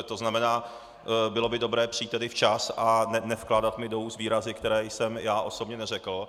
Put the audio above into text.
To znamená, bylo by dobré přijít včas a nevkládat mi do úst výrazy, které jsem já osobně neřekl.